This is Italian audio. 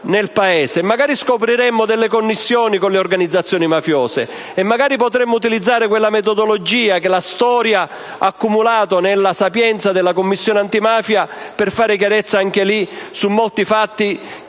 nel Paese. Magari scopriremmo delle connessioni con le organizzazioni mafiose e magari potremmo utilizzare quella metodologia che la storia ha accumulato nella sapienza della Commissione antimafia per fare chiarezza anche lì, su molti fatti